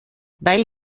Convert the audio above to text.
weil